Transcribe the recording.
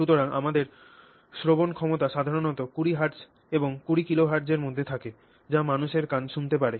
সুতরাং আমাদের শ্রবণ ক্ষমতা সাধারণত 20 হার্টজ এবং 20 কিলো হার্টজ এর মধ্যে থাকে যা মানুষের কান শুনতে পারে